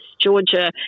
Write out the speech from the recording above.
Georgia